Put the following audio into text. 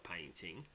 painting